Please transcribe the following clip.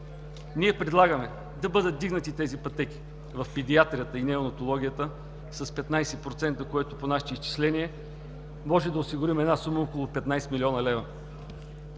Ние предлагаме да бъдат вдигнати пътеките в педиатрията и неонатологията с 15%, което, по наши изчисления, може да осигури сума от около 15 млн. лв.